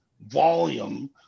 volume